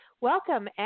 welcome